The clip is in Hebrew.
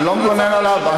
אני לא מגונן עליו.